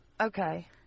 Okay